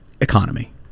economy